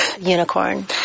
unicorn